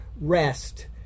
rest